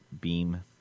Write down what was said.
beam